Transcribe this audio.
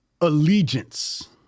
allegiance